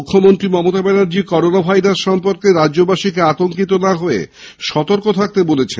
মুখ্যমন্ত্রী Mamata Banerjee corona virus সম্পর্কে রাজ্যবাসীকে আতঙ্কিত না হয়ে সতর্ক থাকতে বলেছেন